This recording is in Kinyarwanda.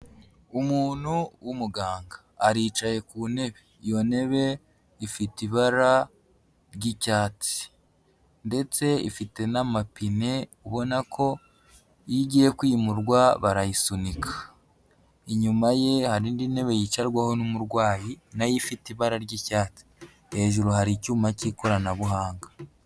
Umuntu w'umuganga aricaye ku ntebe, iyo ntebe ifite ibara ry'icyatsi ndetse ifite n'amapine ubona ko iyo igiye kwimurwa barayisunika, inyuma ye hari indi ntebe yicarwaho n'umurwayi nayo ifite ibara ry'icyatsi, hejuru hari icyuma cy'ikoranabuhanga.